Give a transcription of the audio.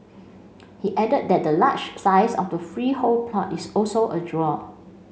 he added that the large size of the freehold plot is also a draw